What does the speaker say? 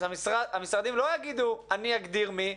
אז המשרדים לא יגידו: אני אגדיר מי.